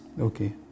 Okay